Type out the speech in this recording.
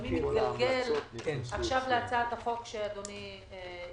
שלימים מתגלגל להצעת החוק שאדוני הגיש,